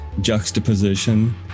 juxtaposition